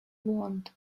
want